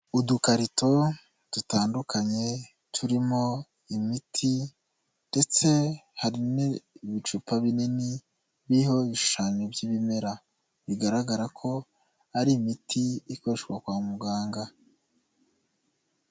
Udukarito dutandukanye turimo imiti ndetse hari n'ibicupa binini biriho ibishushanyo by'ibimera, bigaragara ko ari imiti ikoreshwa kwa muganga.